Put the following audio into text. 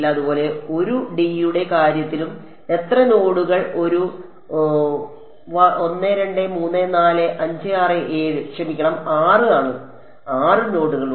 അതുപോലെ 1 ഡിയുടെ കാര്യത്തിലും എത്ര നോഡുകൾ ഒരു 1 2 3 4 5 6 7 ക്ഷമിക്കണം 6 ആണ് 6 നോഡുകൾ ഉണ്ട്